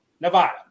Nevada